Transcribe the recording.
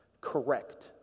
Correct